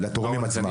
לתורמים עצמם.